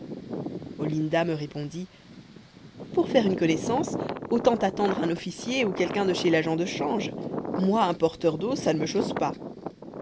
olinda me répondit pour faire une connaissance autant attendre un officier ou quelqu'un de chez l'agent de change moi un porteur d'eau ça ne me chausse pas